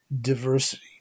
diversity